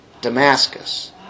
Damascus